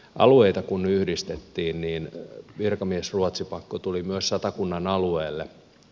alueita kun yhdistettiin niin virkamiesruotsipakko tuli myös satakunnan alueelle